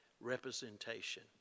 representation